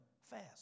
fast